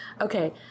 Okay